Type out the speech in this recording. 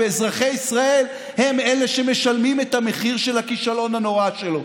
ואזרחי ישראל הם אלה שמשלמים את המחיר של הכישלון הנורא שלו.